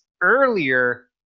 earlier